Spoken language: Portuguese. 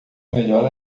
melhor